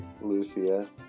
Lucia